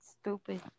stupid